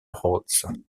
rhodes